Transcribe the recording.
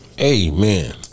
Amen